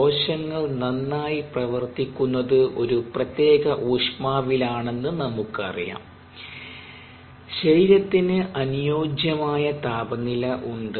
കോശങ്ങൾ നന്നായി പ്രവർത്തിക്കുന്നതു ഒരു പ്രത്യേക ഊഷ്മാവിലാണെന്ന് നിങ്ങൾക്കറിയാം ശരീരത്തിന് അനുയോജ്യമായ താപനില ഉണ്ട്